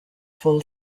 full